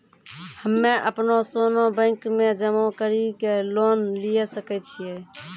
हम्मय अपनो सोना बैंक मे जमा कड़ी के लोन लिये सकय छियै?